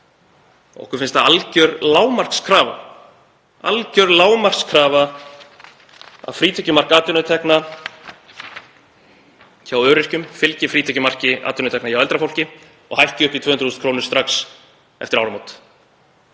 Okkur finnst það alger lágmarkskrafa að frítekjumark atvinnutekna hjá öryrkjum fylgi frítekjumarki atvinnutekna hjá eldra fólki og hækki upp í 200.000 kr. strax eftir áramót.